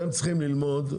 אתם צריכים ללמוד,